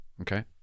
okay